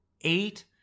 eight